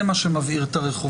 זה מה שמבעיר את הרחובות.